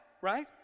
right